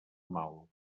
mal